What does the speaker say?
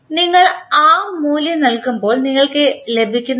അതിനാൽ നിങ്ങൾ ആ മൂല്യം നൽകുമ്പോൾ നിങ്ങൾക്ക് ലഭിക്കുന്നത്